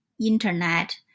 internet